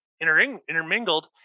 Intermingled